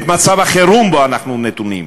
את מצב החירום שבו אנחנו נתונים.